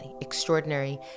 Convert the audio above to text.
extraordinary